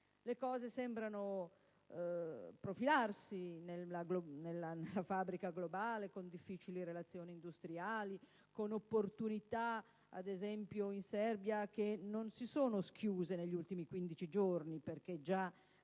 Le cose sembrano profilarsi, nella fabbrica globale, con difficili relazioni industriali, con opportunità ad esempio in Serbia, che non si sono schiuse negli ultimi 15 giorni (perché già